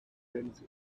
bends